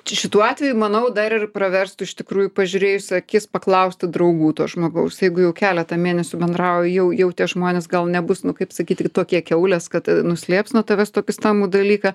čia šituo atveju manau dar ir praverstų iš tikrųjų pažiūrėjus į akis paklausti draugų to žmogaus jeigu jau keletą mėnesių bendrauja jau jau tie žmonės gal nebus nu kaip sakyti tokie kiaulės kad nuslėps nuo tavęs tokį stambų dalyką